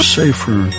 safer